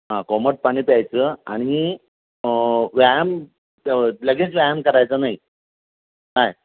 हां कोमट पाणी प्यायचं आणि व्यायाम लगेच व्यायाम करायचा नाही काय